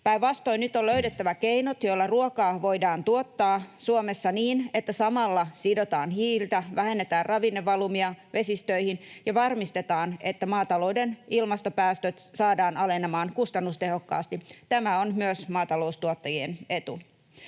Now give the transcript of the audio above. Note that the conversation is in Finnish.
Päinvastoin, nyt on löydettävä keinot, joilla ruokaa voidaan tuottaa Suomessa niin, että samalla sidotaan hiiltä, vähennetään ravinnevalumia vesistöihin ja varmistetaan, että maatalouden ilmastopäästöt saadaan alenemaan kustannustehokkaasti. Tämä on myös maataloustuottajien etu.